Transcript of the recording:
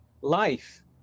life